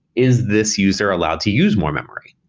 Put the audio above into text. is this user allowed to use more memory?